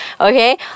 Okay